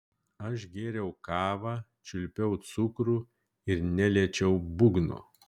aš gėriau kavą čiulpiau cukrų ir neliečiau būgno